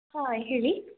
ಹಾಂ ಹೇಳಿ